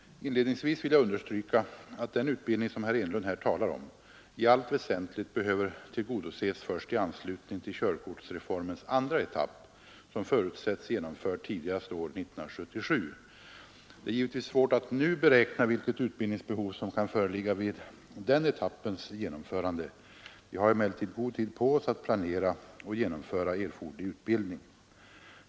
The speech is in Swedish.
Inledningsvis vill jag understryka att den utbildning som herr Enlund här talar om i allt väsentligt behöver tillgodoses först i anslutning till körkortsreformens andra etapp som förutsätts genomförd tidigast år 1977. Det är givetvis svårt att nu beräkna vilket utbildningsbehov som kan föreligga vid den etappens genomförande. Vi har emellertid god tid på oss att planera och genomföra erforderlig utbildning.